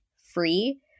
free